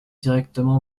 directement